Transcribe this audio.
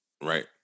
Right